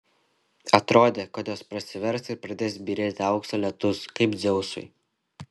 atrodė kad jos prasivers ir pradės byrėti aukso lietus kaip dzeusui